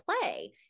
play